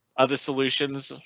other solutions,